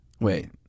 Wait